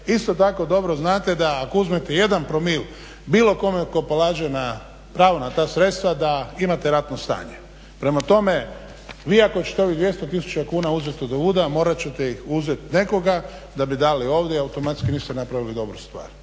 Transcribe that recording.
Isto tako dobro znate da ako uzmete jedan promil bilo kome tko polaže prava na ta sredstva da imate ratno stanje. Prema tome, vi ako ćete ovih 200000 kuna uzeti odovuda morat ćete ih uzeti od nekoga da bi dali ovdje i automatski niste napravili dobru stvar,